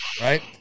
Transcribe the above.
Right